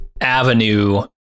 avenue